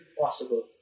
possible